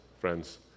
friends